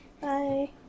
Bye